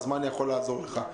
אז מה אני יכול לעזור לך?